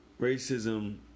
racism